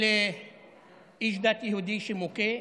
של איש דת יהודי שמוכה,